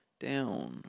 Down